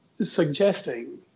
suggesting